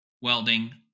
welding